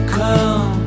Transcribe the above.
come